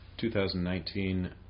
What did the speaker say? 2019